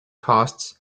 costs